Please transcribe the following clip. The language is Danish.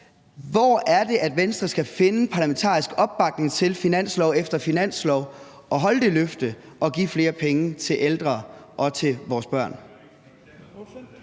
hvor er det så, at Venstre skal finde parlamentarisk opbakning til finanslov efter finanslov og holde det løfte og give flere penge til ældre og til vores børn?